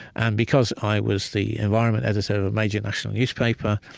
and because i was the environment editor of a major national newspaper,